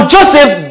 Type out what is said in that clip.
Joseph